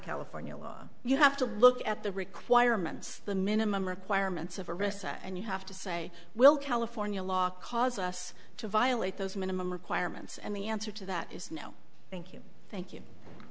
california law you have to look at the requirements the minimum requirements of a recess and you have to say will california law cause us to violate those minimum requirements and the answer to that is no thank